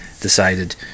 decided